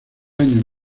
años